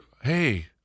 Hey